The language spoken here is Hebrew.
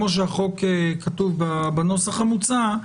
כמו שהחוק כתוב בנוסח המוצע,